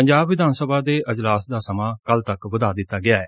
ਪੰਜਾਬ ਵਿਧਾਨ ਸਭਾ ਦੇ ਅਜਲਾਸ ਦਾ ਸਮਾਂ ਕੱਲ੍ਜ ਤੱਕ ਵਧਾ ਦਿੱਤਾ ਗਿਐ